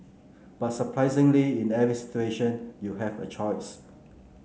but surprisingly in every situation you have a choice